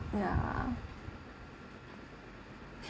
ya